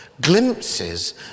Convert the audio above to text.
glimpses